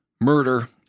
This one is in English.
murder